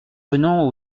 venons